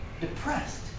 depressed